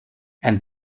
and